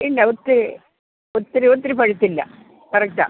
ഇല്ല ഒത്തിരി ഒത്തിരി ഒത്തിരി പഴുത്തില്ല കറക്റ്റാ